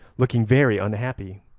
looking very unhappy,